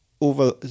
over